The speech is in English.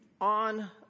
on